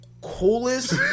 coolest